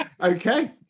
okay